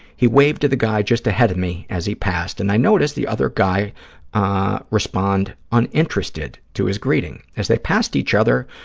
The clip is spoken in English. he waved to the guy just ahead of me as he passed, and i noticed the other guy respond uninterested to his greeting. as they passed each other,